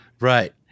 Right